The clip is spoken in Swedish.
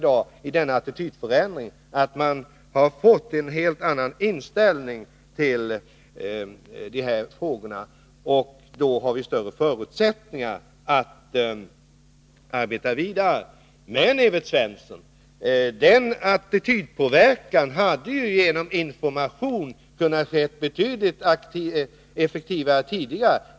Det är denna attitydförändring som är det positiva i dag, man har fått en helt annan inställning till de här frågorna. Då har vi större förutsättningar att arbeta vidare. Men, Evert Svensson, den attitydpåverkan hade genom information kunnat ske betydligt effektivare redan tidigare.